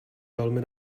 velmi